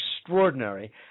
extraordinary